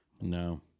no